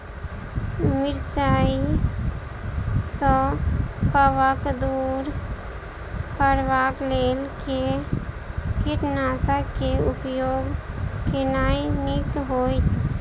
मिरचाई सँ कवक दूर करबाक लेल केँ कीटनासक केँ उपयोग केनाइ नीक होइत?